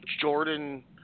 Jordan